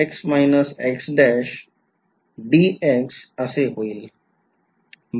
तर LHS मला काय देईल